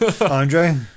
Andre